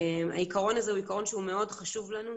העיקרון הזה הוא עיקרון שהוא מאוד חשוב לנו,